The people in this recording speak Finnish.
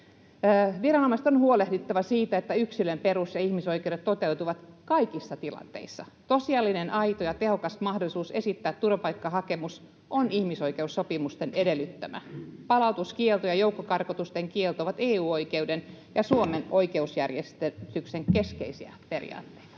Viranomaisten on huolehdittava siitä, että yksilön perus- ja ihmisoikeudet toteutuvat kaikissa tilanteissa. Tosiasiallinen, aito ja tehokas mahdollisuus esittää turvapaikkahakemus on ihmisoikeussopimusten edellyttämää. Palautuskielto ja joukkokarkotusten kielto ovat EU-oikeuden ja Suomen oikeusjärjestyksen keskeisiä periaatteita.